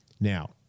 Now